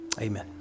Amen